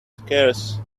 scarce